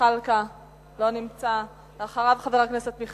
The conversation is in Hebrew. חבר הכנסת ג'מאל זחאלקה, לא נמצא.